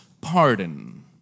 pardon